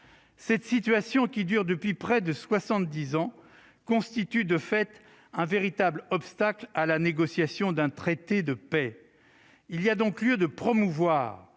Cette situation, qui dure depuis près de soixante-dix ans, constitue de fait un obstacle à la négociation d'un traité de paix. Il y a donc lieu de promouvoir